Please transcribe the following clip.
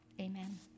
Amen